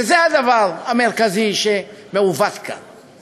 וזה הדבר המרכזי שמעוות כאן.